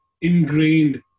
ingrained